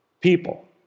people